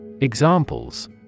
Examples